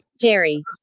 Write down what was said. jerry